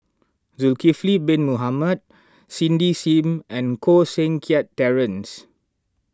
Zulkifli Bin Mohamed Cindy Sim and Koh Seng Kiat Terence